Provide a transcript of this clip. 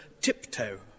tiptoe